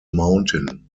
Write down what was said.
mountain